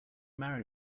marry